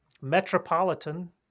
Metropolitan